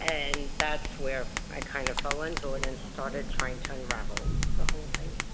and that's where i kind of fell into it and started trying to unravel the whole thing.